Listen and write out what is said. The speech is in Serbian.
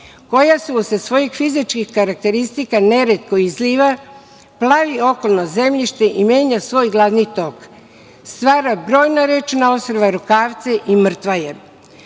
koja se sa svojim fizičkim karakteristikama ne retko izliva, plave okolno zemljište i menja svoj glavni tok, stvara brojan rečna ostrva, rukavce i mrtvaje.